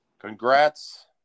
congrats